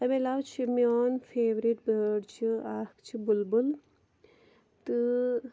اَمہِ علاوٕ چھِ میون فیٚورِٹ بٲڈ چھِ اَکھ چھِ بُلبُل تہٕ